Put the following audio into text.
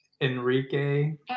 Enrique